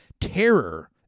terror